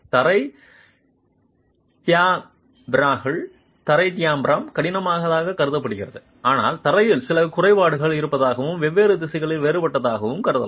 தரை டயாபிராம்கள் தரை டயாபிராம் கடினமானதாக கருதப்படலாம் ஆனால் தரையில் சில குறைபாடுகள் இருப்பதாகவும் வெவ்வேறு திசைகளில் வேறுபட்டதாகவும் கருதலாம்